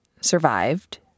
survived